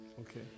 Okay